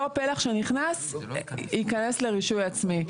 אותו פלח שנכנס ייכנס גם לרישוי עצמי.